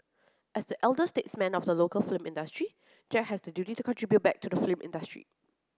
as the elder statesman of the local film industry Jack has the duty to contribute back to the film industry